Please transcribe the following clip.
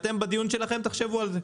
אני מציע שאתם בדיון שלכם תחשבו על זה.